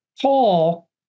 Paul